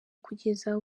kugeza